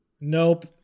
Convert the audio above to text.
Nope